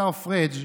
השר פריג',